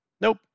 Nope